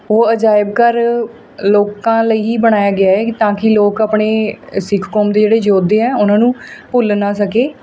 ਉਹ ਅਜਾਇਬ ਘਰ ਲੋਕਾਂ ਲਈ ਹੀ ਬਣਾਇਆ ਗਿਆ ਹੈ ਤਾਂ ਕਿ ਲੋਕ ਆਪਣੇ ਸਿੱਖ ਕੌਮ ਦੇ ਜਿਹੜੇ ਯੋਧੇ ਆ ਉਹਨਾਂ ਨੂੰ ਭੁੱਲ ਨਾ ਸਕੇ